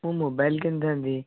ମୁଁ ମୋବାଇଲ କିଣିଥାନ୍ତି